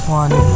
one